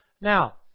Now